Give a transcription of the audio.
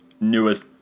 newest